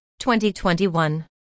2021